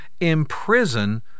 imprison